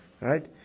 right